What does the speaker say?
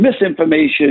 misinformation